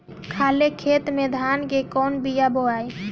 खाले खेत में धान के कौन बीया बोआई?